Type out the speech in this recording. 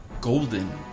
golden